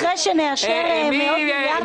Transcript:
אבל רק אחרי שנאשר מאות מיליארדים?